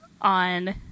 on